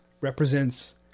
represents